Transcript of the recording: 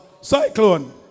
Cyclone